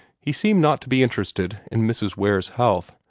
he seemed not to be interested in mrs. ware's health,